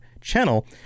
channel